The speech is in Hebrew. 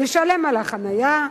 לשלם על החנייה,